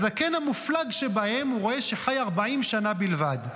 הזקן המופלג שבהם רואה שחי 40 שנה בלבד,